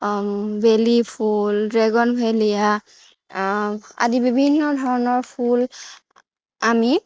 বেলি ফুল ড্ৰেগণভেলিয়া আদি বিভিন্ন ধৰণৰ ফুল আমি